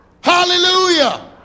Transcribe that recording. Hallelujah